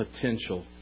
potential